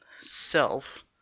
self